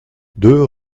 deux